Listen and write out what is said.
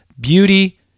beauty